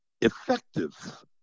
effective